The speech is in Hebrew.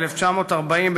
ב-1940,